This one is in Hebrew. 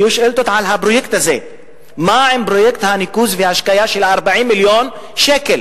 על הפרויקט הזה מה עם פרויקט הניקוז וההשקיה של 40 מיליון שקל.